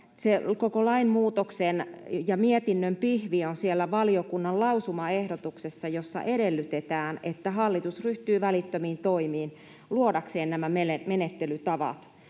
koko lainmuutoksen ja mietinnön pihvi on siellä valiokunnan lausumaehdotuksessa, jossa edellytetään, että hallitus ryhtyy välittömiin toimiin luodakseen nämä menettelytavat